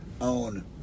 own